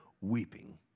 weeping